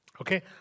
Okay